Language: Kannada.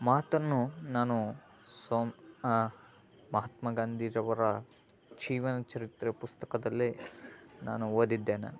ಮಾತನ್ನು ನಾನು ಸ್ವ ಮಹಾತ್ಮ ಗಾಂಧೀಜಿಯವರ ಜೀವನ ಚರಿತ್ರೆ ಪುಸ್ತಕದಲ್ಲಿ ನಾನು ಓದಿದ್ದೇನೆ